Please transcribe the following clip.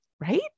right